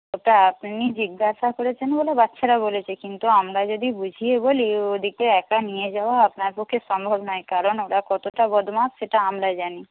ওটা আপনি জিজ্ঞাসা করেছেন বলে বাচ্ছারা বলেছে কিন্তু আমরা যদি বুঝিয়ে বলি ওদেরকে একা নিয়ে যাওয়া আপনার পক্ষে সম্ভব নয় কারণ ওরা কতটা বদমাশ সেটা আমরা জানি